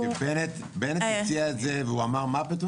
כי בנט הציע את זה והוא אמר "..מה פתאום